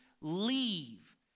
leave